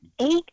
Eight